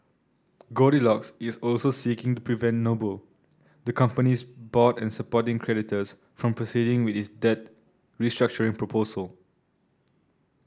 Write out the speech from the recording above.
goldilocks is also seeking to prevent Noble the company's board and supporting creditors from proceeding with its debt restructuring proposal